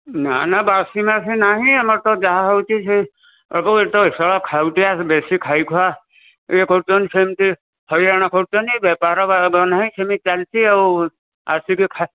ନା ନା ବାସି ମାସି ନାହିଁ ଆମର ତ ଯାହା ହେଉଛି ସେ ଖାଇ ଖୁଆ ବେଶୀ ଖାଇ ଖୁଆ ଇଏ କରୁଛନ୍ତି ସେମିତି ହଇରାଣ କରୁଛନ୍ତି ବେପାର ନାହିଁ ସେମିତି ଚାଲିଛି ଆଉ ଆସିକି